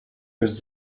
was